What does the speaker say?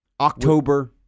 October